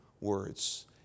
words